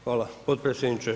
Hvala potpredsjedniče.